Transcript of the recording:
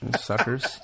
Suckers